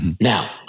now